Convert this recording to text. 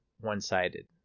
one-sided